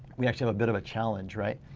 we actually have a bit of a challenge, right?